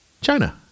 China